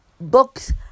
books